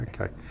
Okay